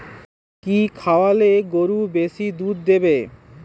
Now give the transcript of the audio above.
কি খাওয়ালে গরু বেশি দুধ দেবে?